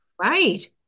right